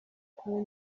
kunywa